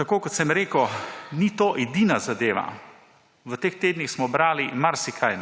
tako kot sem rekel, ni to edina zadeva. V teh tednih smo brali marsikaj.